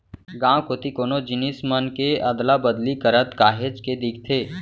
गाँव कोती कोनो जिनिस मन के अदला बदली करत काहेच के दिखथे